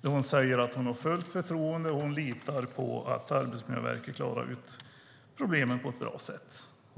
där hon säger att hon har fullt förtroende och litar på att Arbetsmiljöverket klarar av problemen på ett bra sätt.